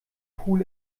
pool